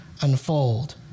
unfold